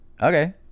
okay